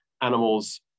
animals